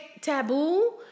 taboo